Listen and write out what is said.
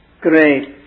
great